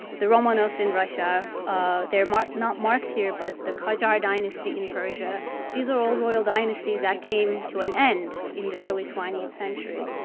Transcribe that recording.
the romanovs in russia, ah they're not marked here but the kajar dynasty in persia these are all royal dynasties that came to an end in the early twentieth century.